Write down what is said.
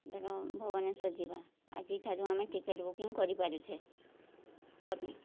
ଧର ଭୁବନେଶ୍ୱର ଯିବା ଆଜିଠାରୁ ଆମେ ଟିକେଟ୍ ବୁକିଂ କରିପାରୁଛେ